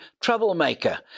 troublemaker